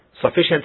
sufficient